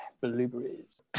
blueberries